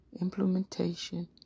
implementation